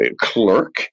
clerk